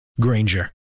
Granger